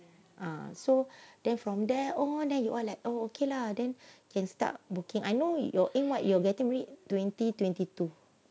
ah so then from there oh then you all like oh okay lah then can start working I know you your what you're getting married twenty twenty two